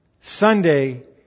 Sunday